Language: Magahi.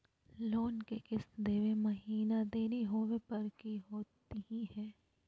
लोन के किस्त देवे महिना देरी होवे पर की होतही हे?